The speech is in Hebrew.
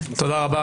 תודה רבה.